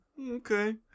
Okay